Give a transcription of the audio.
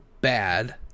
bad